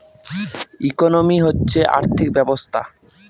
economy হচ্ছে আর্থিক ব্যবস্থা